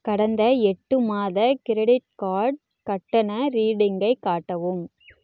கடந்த எட்டு மாத கிரெடிட் கார்ட் கட்டண ரீடிங்கை காட்டவும்